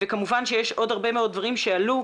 כמובן שיש עוד הרבה מאוד דברים שעלו,